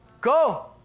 Go